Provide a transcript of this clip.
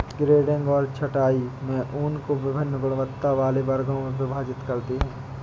grading और छँटाई में ऊन को वभिन्न गुणवत्ता वाले वर्गों में विभाजित करते हैं